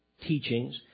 teachings